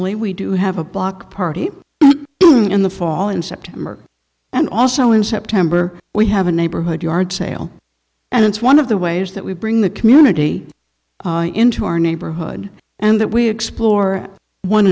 annually we do have a block party in the fall in september and also in september we have a neighborhood yard sale and it's one of the ways that we bring the community into our neighborhood and that we explore one